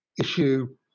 issue